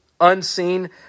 unseen